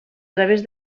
través